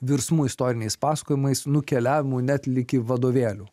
virsmu istoriniais pasakojimais nukeliavimu net ligi vadovėlių